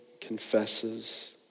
confesses